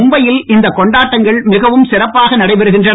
மும்பையில் இந்த கொண்டாட்டங்கள் மிகவும் சிறப்பாக நடைபெறகின்றன